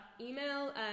email